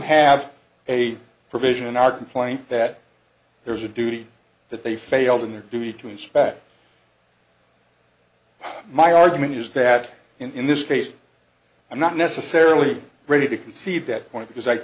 have a provision in our complaint that there's a duty that they failed in their duty to inspect my argument is that in this case i'm not necessarily ready to concede that point because i